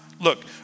Look